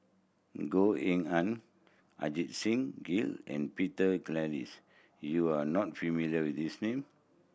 Goh Eng Han Ajit Singh Gill and Peter Gilchrist you are not familiar with these name